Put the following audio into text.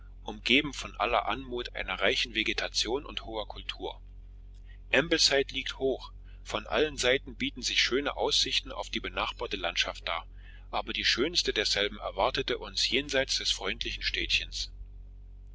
umgeben von aller anmut einer reichen vegetation und hoher kultur ambleside liegt hoch von allen seiten bieten sich schöne aussichten auf die benachbarte landschaft dar aber die schönste derselben erwartete uns jenseits des freundlichen städtchens